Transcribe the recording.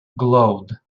glowed